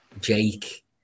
Jake